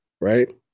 right